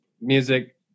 music